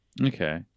Okay